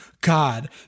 God